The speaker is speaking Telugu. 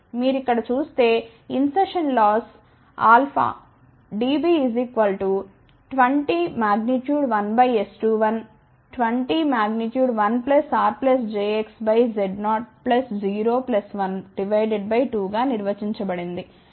మీరు ఇక్కడ చూస్తే insertion loss dB 201S21 201R jXZ0 0 12 గా నిర్వచించబడింది